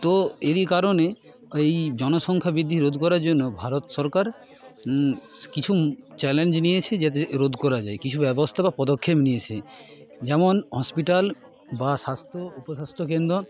তো এরই কারণে ওই জনসংখ্যা বৃদ্ধি রোধ করার জন্য ভারত সরকার কিছু চ্যালেঞ্জ নিয়েছে যাতে রোধ করা যায় কিছু ব্যবস্থা বা পদক্ষেপ নিয়েছে যেমন হসপিটাল বা স্বাস্থ্য উপস্বাস্থ্য কেন্দ্র